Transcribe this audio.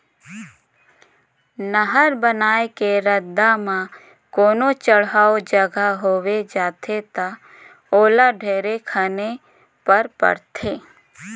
नहर बनाए के रद्दा म कोनो चड़हउ जघा होवे जाथे ता ओला ढेरे खने पर परथे